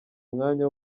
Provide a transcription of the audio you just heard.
umwanya